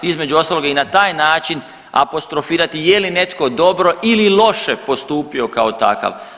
Između ostaloga i na taj način apostrofirati je li netko dobro ili loše postupio kao takav.